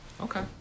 Okay